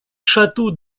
château